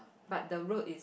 but the road is